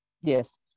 Yes